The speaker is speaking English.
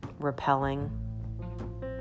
repelling